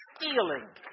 stealing